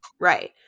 Right